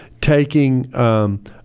taking